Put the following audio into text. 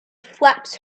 flaps